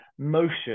motion